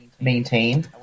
maintain